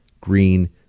green